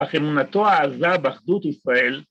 ‫אך אמונתו העזה באחדות ישראל...